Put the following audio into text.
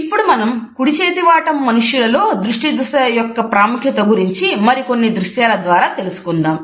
ఇప్పుడు మనం కుడిచేతివాటం మనుష్యులలో దృష్టి దిశ యొక్క ప్రాముఖ్యత గురించి మరికొన్ని దృశ్యాల ద్వారా తెలుసుకుందాము